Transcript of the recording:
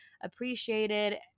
appreciated